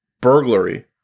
burglary